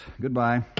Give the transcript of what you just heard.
Goodbye